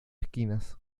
esquinas